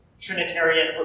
Trinitarian